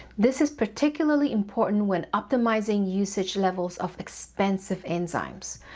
this is particularly important when optimizing usage levels of expensive enzymes,